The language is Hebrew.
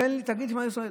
תגיד שמע ישראל.